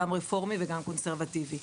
גם רפורמי וגם קונסרבטיבי.